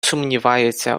сумнівається